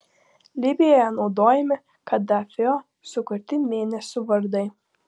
libijoje naudojami kadafio sukurti mėnesių vardai